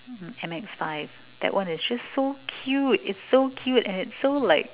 M_X five that one is so cute it's so cute and it's so like